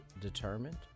determined